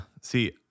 see